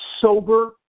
sober